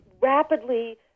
rapidly